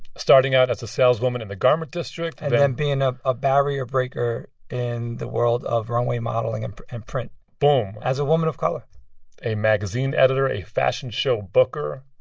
starting out as a saleswoman in the garment district, then. and then being a a barrier breaker in the world of runway modeling and and print boom as a woman of color a magazine editor, a fashion show booker,